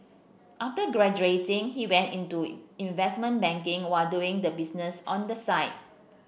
after graduating he went into investment banking while doing the business on the side